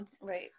Right